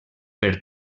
per